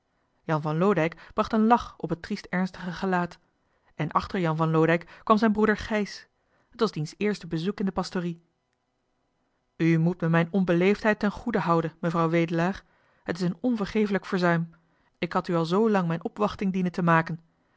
jan van loodijck bracht een lach op het triest ernstige gelaat en achter jan van loodijck kwam zijn broeder gijs het was diens eerste bezoek in de pastorie u moet me mijn onbeleefdheid ten goede houden mevrouw wedelaar het is een onvergefelijk verzuim ik had u al zoo lang mijn opwachting dienen te maken